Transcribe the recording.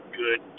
good